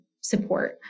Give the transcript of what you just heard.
support